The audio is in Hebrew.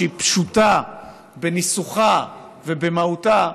שהיא פשוטה בניסוחה ובמהותה,